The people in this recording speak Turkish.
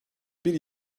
bir